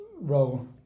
role